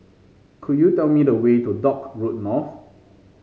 could you tell me the way to Dock Road North